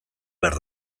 behar